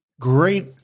great